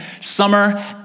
Summer